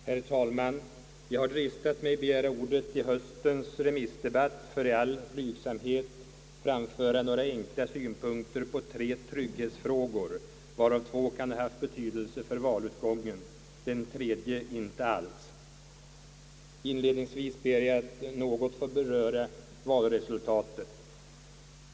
Herr talman! Jag har dristat mig att begära ordet i höstens remissdebatt för att i all blygsamhet framföra några enkla synpunkter på tre trygghetsfrågor, varav två kan ha haft betydelse för valutgången — den tredje inte alls. Inledningsvis vill jag beröra valresultatet.